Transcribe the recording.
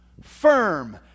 firm